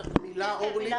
מאה אחוז.